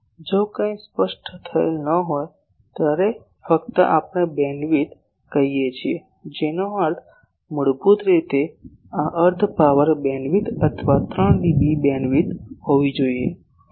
જો કંઇ સ્પષ્ટ થયેલ ન હોય ત્યારે ફક્ત આપણે બીમવિડ્થ કહીએ છીએ જેનો અર્થ મૂળભૂત રીતે આ અર્ધ પાવર બીમવિડ્થ અથવા 3 ડીબી બીમવિડ્થ હોવી જોઈએ